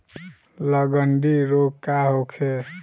लगंड़ी रोग का होखे?